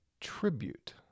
tribute